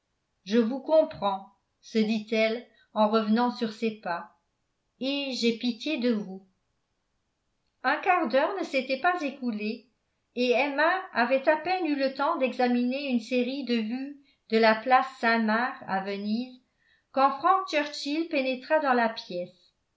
je vous comprends se dit-elle en revenant sur ses pas et j'ai pitié de vous un quart d'heure ne s'était pas écoulé et emma avait à peine eu le temps d'examiner une série de vues de la place saint-marc à venise quand frank churchill pénétra dans la pièce